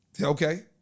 Okay